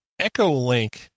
Echolink